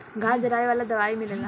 घास जरावे वाला दवाई मिलेला